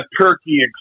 turkey